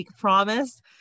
promise